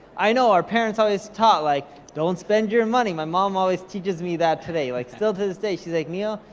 i know our parents always taught, like don't spend your money. my mom always teaches me that today, like still to this day she's like, neil,